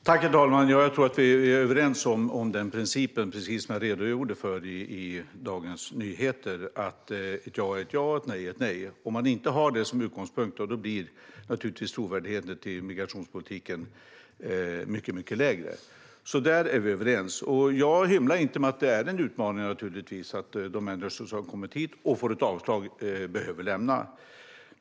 Herr talman! Jag tror att vi är överens om den princip som jag redogjorde för i Dagens Nyheter: Ett ja är ett ja, och ett nej är ett nej. Om man inte har det som utgångspunkt blir naturligtvis trovärdigheten för migrationspolitiken mycket lägre. Där är vi överens. Jag hymlar inte med att det naturligtvis är en utmaning att de människor som kommit hit och fått avslag behöver lämna landet.